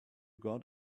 got